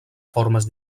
formes